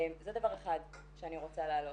זה דבר אחד שאני רוצה להעלות.